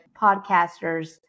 podcasters